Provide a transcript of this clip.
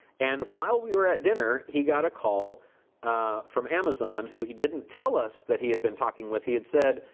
and, while we were at dinner, he got a call from amazon, who he didn't tell us that he had been talking with. he had said,